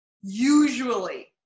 Usually